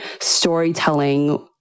storytelling